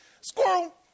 Squirrel